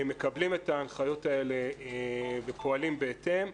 הם מקבלים את ההנחיות האלה ופועלים בהתאם.